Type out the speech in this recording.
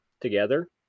together